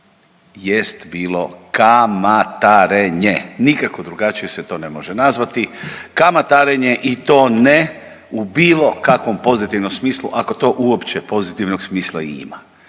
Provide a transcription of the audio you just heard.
jest bilo kamatarenje, nikako drugačije se to ne može nazvati, kamatarenje i to ne u bilo kakvom pozitivnom smislu ako to uopće pozitivnog smisla i ima.